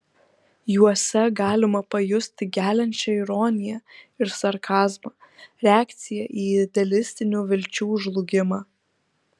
juose galima pajusti geliančią ironiją ir sarkazmą reakciją į idealistinių vilčių žlugimą